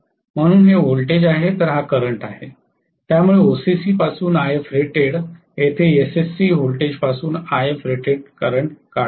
म्हणून हे व्होल्टेज आहे तर हा करंट आहे त्यामुळे ओसीसी पासून Ifrated येथे एसीसी व्होल्टेज पासून Ifrated करंट काढा